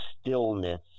stillness